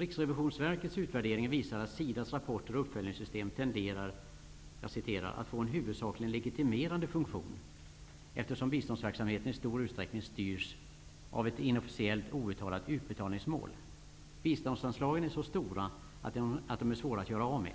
Riksrevisionsverkets utvärdering visar att SIDA:s rapporter och uppföljningssystem tenderar att få en huvudsakligen legitimerande funktion, eftersom biståndsverksamheten i stor utsträckning styrs av ett inofficiellt, outtalat utbetalningsmål. Biståndsanslagen är så stora att de är svåra att göra av med.